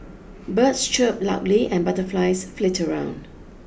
birds chirp loudly and butterflies flit around